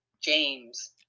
James